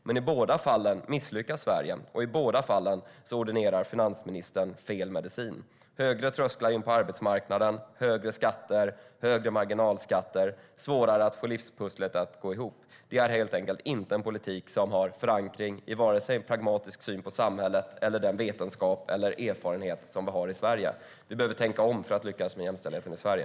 Men i båda fallen misslyckas Sverige, och i båda fallen ordinerar finansministern fel medicin - högre trösklar in på arbetsmarknaden, högre skatter, högre marginalskatter och svårare att få livspusslet att gå ihop. Det är helt enkelt inte en politik som har förankring i vare sig en pragmatisk syn på samhället eller den vetenskap eller erfarenhet som vi har i Sverige. Vi behöver tänka om för att lyckas med jämställdheten i Sverige.